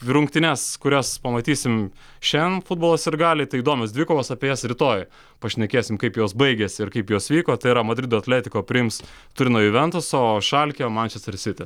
rungtynes kurias pamatysim šian futbolo sirgaliai tai įdomios dvikovos apie jas rytoj pašnekėsim kaip jos baigiasi ir kaip jos vyko tai yra madrido atletiko priims turino juventus o šalke mančester siti